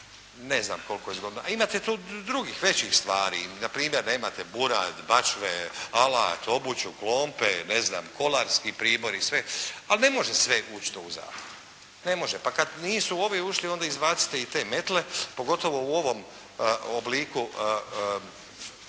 ne znam koliko je zgodno. A imate tu drugih većih stvari, npr. nemate burad, bačve, alat, obuću, klompe, kolarski pribor. Ali ne može sve ući to u zakon, ne može. Pa kad nisu ovi ušli onda izbacite i te metle, pogotovo u ovom obliku plurala,